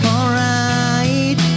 Alright